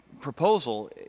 proposal